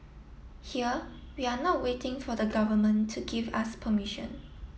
here we are not waiting for the government to give us permission